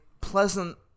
pleasant